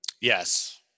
Yes